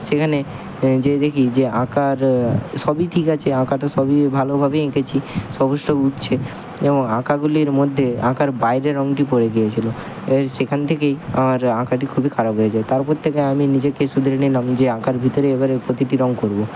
সেখানে যেয়ে দেখি যে আঁকার সবই ঠিক আছে আঁকাটা সবই ভালোভাবে এঁকেছি সমস্ত উঠছে এবং আঁকাগুলির মধ্যে আঁকার বাইরে রঙটি পড়ে গিয়েছিলো এর সেখান থেকেই আর আঁকাটি খুবই খারাপ হয়ে যায় তারপর থেকে আমি নিজেকেই শুধরে নিলাম যে আঁকার ভিতরে এবারে প্রতিটি রঙ করবো